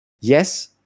yes